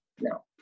No